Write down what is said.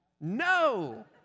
No